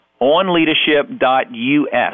onleadership.us